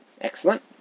Excellent